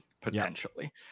potentially